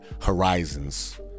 horizons